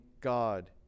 God